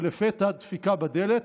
ולפתע דפיקה בדלת,